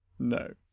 No